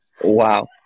Wow